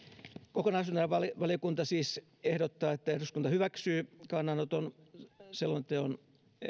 kokonaisuutena valtiovarainvaliokunta siis ehdottaa että eduskunta hyväksyy kannanoton selonteon